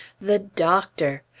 the doctor!